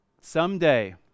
Someday